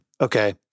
okay